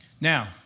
Now